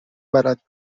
بلد